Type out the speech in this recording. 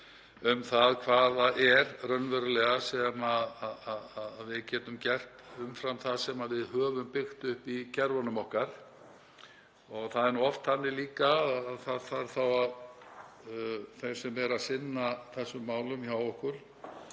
um það hvað það er raunverulega sem við getum gert umfram það sem við höfum byggt upp í kerfunum okkar. Það er nú oft þannig líka að þeir sem eru að sinna þessum málum hjá okkur